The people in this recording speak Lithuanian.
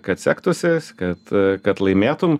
kad sektųsi kad kad laimėtum